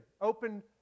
open